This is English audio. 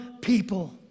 people